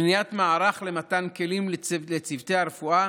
לבניית מערך למתן כלים לצוותי הרפואה